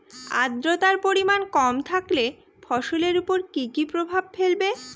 আদ্রর্তার পরিমান কম থাকলে ফসলের উপর কি কি প্রভাব ফেলবে?